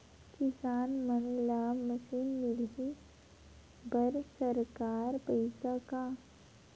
किसान मन ला मशीन मिलही बर सरकार पईसा का?